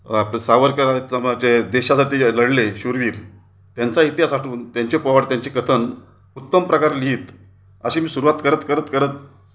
आपले सावरकर आहेत मग जे देशासाठी लढले शूरवीर त्यांचा इतिहास आठवून त्यांचे पोवाडे त्यांचे कथन उत्तम प्रकारे लिहित अशी मी सुरुवात करत करत करत